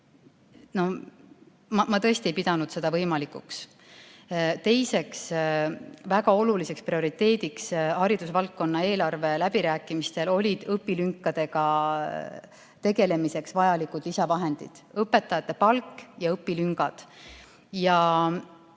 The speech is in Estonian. Ma tõesti ei pidanud seda võimalikuks. Teiseks väga oluliseks prioriteediks haridusvaldkonna eelarve läbirääkimistel olid õpilünkadega tegelemiseks vajalikud lisavahendid. Seega: õpetajate palk ja õpilüngad. Ja